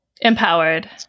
Empowered